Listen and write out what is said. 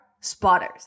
Spotters